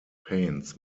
paints